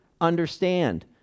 understand